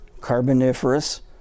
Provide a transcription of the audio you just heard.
Carboniferous